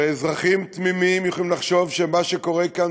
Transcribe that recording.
שאזרחים תמימים יכולים לחשוב שמה שקורה כאן